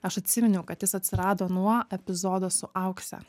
aš atsiminiau kad jis atsirado nuo epizodo su aukse